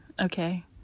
okay